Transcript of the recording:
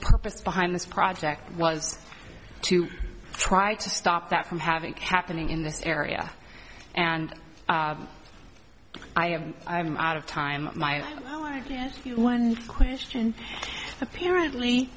purpose behind this project was to try to stop that from having happening in this area and i have out of time my oh i get you one question apparently